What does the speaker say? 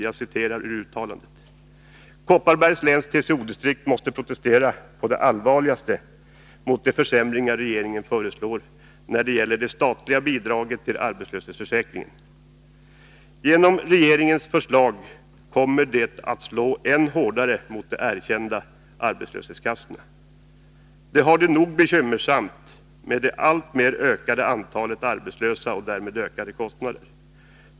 Jag citerar ur uttalandet: ”Kopparbergs läns TCO-distrikt måste protestera på det allvarligaste mot de försämringar regeringen föreslår när det gäller Genom regeringens förslag kommer det att slå än hårdare mot de erkända arbetslöshetskassorna. De har det nog bekymmersamt med det alltmer ökande antalet arbetslösa och därmed ökade kostnader.